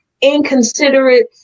inconsiderate